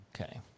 Okay